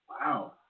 Wow